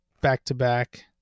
back-to-back